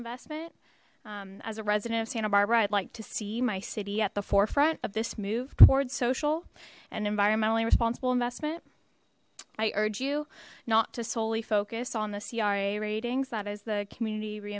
investment as a resident of santa barbara i'd like to see my city at the forefront of this move toward social and environmentally responsible investment i urge you not to solely focus on the cra ratings that is the community